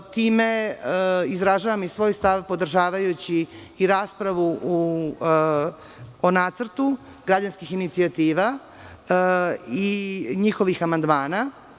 Time izražavam i svoj stav, podržavajući i raspravu o nacrtu građanskih inicijativa i njihovih amandmana.